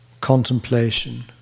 contemplation